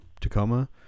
Tacoma